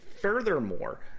Furthermore